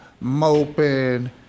moping